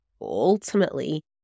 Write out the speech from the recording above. ultimately